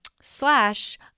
slash